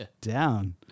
down